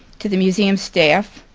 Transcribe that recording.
to the museum staff,